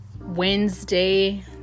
Wednesday